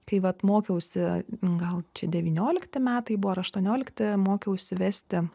kai vat mokiausi gal čia devyniolikti metai buvo ar aštuoniolikti mokiausi vesti